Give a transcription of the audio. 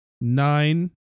nine